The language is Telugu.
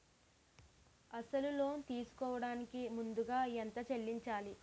అసలు లోన్ తీసుకోడానికి ముందుగా ఎంత చెల్లించాలి?